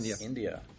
India